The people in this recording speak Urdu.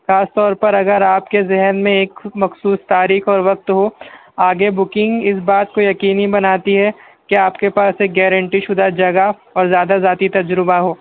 خاص طور پر اگر آپ کے ذہن میں ایک مخصوص تاریخ اور وقت ہو آگے بکنگ اس بات کو یقینی بناتی ہے کہ آپ کے پاس ایک گیارنٹی شدہ جگہ اور زیادہ ذاتی تجربہ ہو